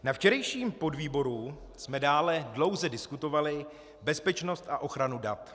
Na včerejším podvýboru jsme dále dlouze diskutovali bezpečnost a ochranu dat.